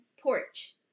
porch